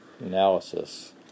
Analysis